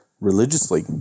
religiously